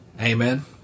Amen